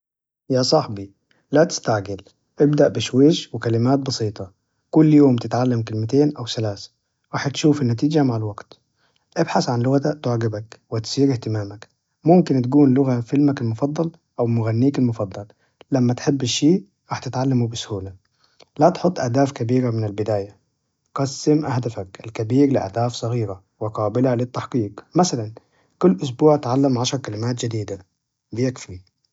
يا صاحبي، لا تستعجل ابدأ بشويش، وكلمات بسيطة كل يوم تتعلم كلمتين أو ثلاثة راح تشوف النتيجة مع الوقت، ابحث عن لغة تعجبك وتصير إهتمامك، ممكن تكون لغة فيلمك المفضل، أو مغنيك المفضل، لما تحب الشي راح تتعلمه بسهولة، لا تحط أهداف كبيرة من البداية، قسم أهدافك الكبير لأهداف صغيرة وقابلة للتحقيق، مثلا كل أسبوع تتعلم عشر كلمات جديدة يكفي.